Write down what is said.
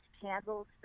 candles